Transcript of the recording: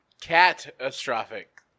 Catastrophic